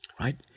Right